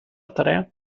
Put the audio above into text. tarea